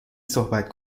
صحبت